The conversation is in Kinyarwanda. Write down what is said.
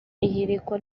ihirikwa